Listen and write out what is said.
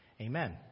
Amen